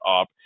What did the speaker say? up